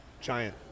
giant